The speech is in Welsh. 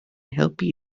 helpu